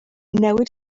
newid